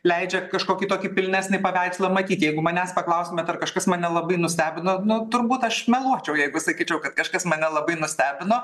leidžia kažkokį tokį pilnesnį paveikslą matyt jeigu manęs paklaustumėt ar kažkas mane labai nustebino nu turbūt aš meluočiau jeigu sakyčiau kad kažkas mane labai nustebino